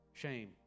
shame